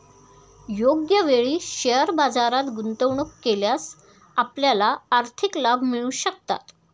योग्य वेळी शेअर बाजारात गुंतवणूक केल्यास आपल्याला आर्थिक लाभ मिळू शकतात